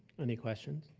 any questions?